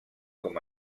com